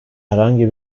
herhangi